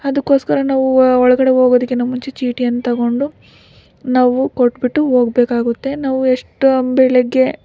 ಅದಕ್ಕೋಸ್ಕರ ನಾವು ಒಳಗಡೆ ಹೋಗೋದಕ್ಕಿಂತ ಮುಂಚೆ ಚೀಟಿಯನ್ನ ತಗೊಂಡು ನಾವು ಕೊಟ್ಟುಬಿಟ್ಟು ಹೋಗಬೇಕಾಗುತ್ತೆ ನಾವು ಎಷ್ಟೋ ಬೆಳಗ್ಗೆ